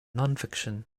nonfiction